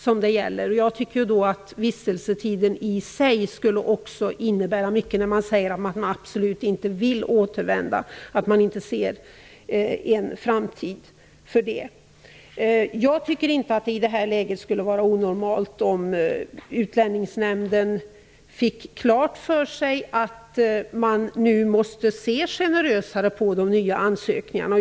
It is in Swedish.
Jag tycker att vistelsetiden i sig skulle tillmätas stor vikt i fall där man absolut inte kan se en framtid i att återvända och absolut inte flytta tillbaka. Jag tycker inte att det i detta läge skulle vara onormalt om Utlänningsnämnden fick klart för sig att man nu måste se generösare på de nya ansökningarna.